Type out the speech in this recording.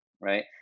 right